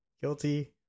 Guilty